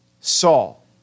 Saul